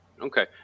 Okay